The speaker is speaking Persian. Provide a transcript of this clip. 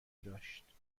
داشت